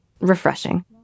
refreshing